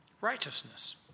righteousness